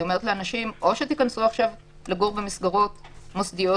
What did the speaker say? היא אומרת להם: או תיכנסו לגור במסגרות מוסדיות,